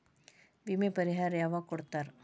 ವಿಮೆ ಪರಿಹಾರ ಯಾವಾಗ್ ಕೊಡ್ತಾರ?